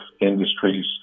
industries